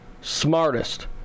smartest